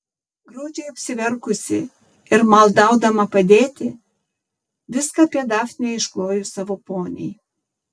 graudžiai apsiverkusi ir maldaudama padėti viską apie dafnę išklojo savo poniai